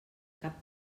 cap